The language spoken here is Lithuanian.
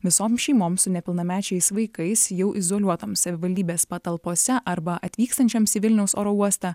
visoms šeimoms su nepilnamečiais vaikais jau izoliuotom savivaldybės patalpose arba atvykstančioms į vilniaus oro uostą